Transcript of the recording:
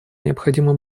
необходимо